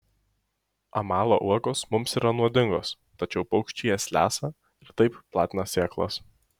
amalo uogos mums yra nuodingos tačiau paukščiai jas lesa ir taip platina sėklas